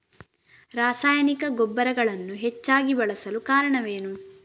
ರಾಸಾಯನಿಕ ಗೊಬ್ಬರಗಳನ್ನು ಹೆಚ್ಚಾಗಿ ಬಳಸಲು ಕಾರಣವೇನು?